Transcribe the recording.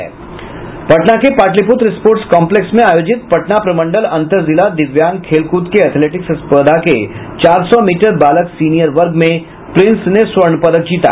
पटना के Pataliputra sports complex में आयोजित पटना प्रमंडल अंतर जिला दिव्यांग खेल कूद के एथेलेटिक्स स्पर्धा के चार सौ मीटर बालक सीनियर वर्ग में प्रिंस ने स्वर्ण पदक जीता